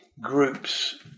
groups